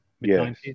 Yes